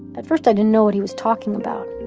at first i didn't know what he was talking about.